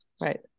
right